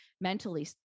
mentally